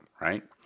Right